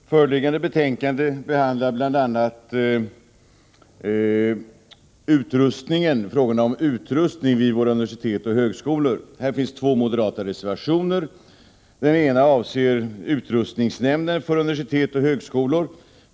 Herr talman! Föreliggande betänkande behandlar bl.a. frågorna om utrustningen vid våra universitet och högskolor. Här finns två moderata reservationer. Den ena reservationen avser utrustningsnämnden för universitet och högskolor.